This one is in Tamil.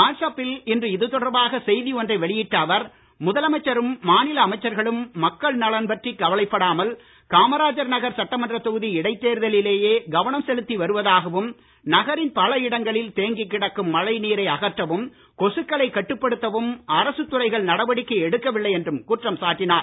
வாட்ஸ் ஆப்பில் இன்று இதுதொடர்பாக செய்தி ஒன்றை வெளியிட்ட அவர் முதலமைச்சரும் மாநில அமைச்சர்களும் மக்கள் நலன் பற்றி கவலைப்படாமல் காமராஜர் நகர் சட்டமன்றத் தொகுதி இடைத் தேர்தலிலேயே கவனம் செலுத்தி வருவதாகவும் நகரின் பல இடங்களில் தேங்கி கிடக்கும் மழை நீரை அகற்றவும் கொசுக்களைக் கட்டுப்படுத்தவும் அரசுத் துறைகள் நடவடிக்கை எடுக்கவில்லை என்றும் குற்றம் சாட்டினார்